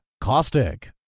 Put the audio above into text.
caustic